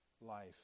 life